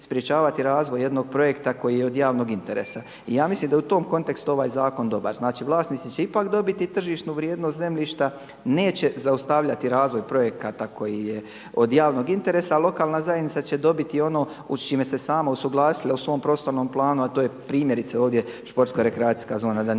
sprječavati razvoj jednog projekta koji je od javnog interesa. I ja mislim da je u tom kontekstu ovaj zakon dobar. Znači vlasnici će ipak dobiti tržišnu vrijednost zemljišta, neće zaustavljati razvoj projekata koji je od javnog interesa a lokalna zajednica će dobiti ono s čime se sama usuglasila u svom prostornom planu a to je primjerice ovdje športsko-rekreacijska zona. Da ne